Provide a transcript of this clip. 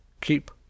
keep